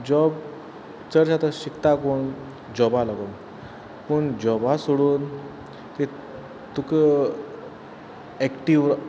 job चडशे आतां शिकता कोण जॉबा लागून पूण जॉबा सोडून तें तुका एक्टीव